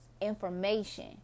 Information